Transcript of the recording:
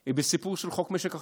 הוא בסיפור של חוק משק החשמל,